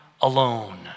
alone